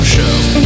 Show